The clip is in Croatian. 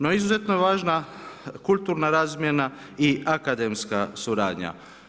No izuzetno je važna kulturna razmjena i akademska suradnja.